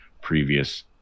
previous